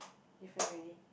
different already